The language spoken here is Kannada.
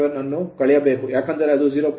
07 ಅನ್ನು ಕಳೆಯಬೇಕು ಏಕೆಂದರೆ ಅದು 0